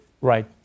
Right